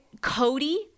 Cody